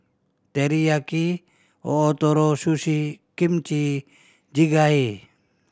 Teriyaki Ootoro Sushi Kimchi Jjigae